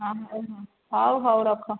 ହଁ ହଁ ହଉ ହଁ ହଉ ହଉ ରଖ